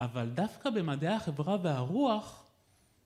אבל דווקא במדעי החברה והרוח...